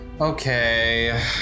Okay